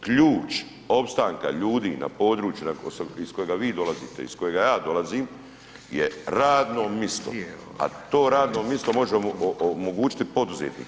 Ključ opstanka ljudi na području iz kojega vi dolazite, iz kojega ja dolazim je radno misto, a to radno misto može omogućiti poduzetnik.